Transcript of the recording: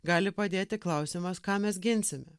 gali padėti klausimas ką mes ginsime